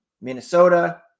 Minnesota